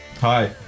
Hi